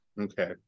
okay